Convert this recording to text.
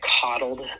coddled